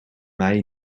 mei